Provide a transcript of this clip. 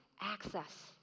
access